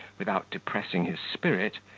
without depressing his spirit,